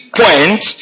point